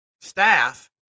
staff